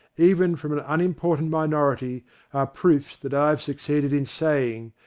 even from an unimportant minority, are proofs that i have succeeded in saying,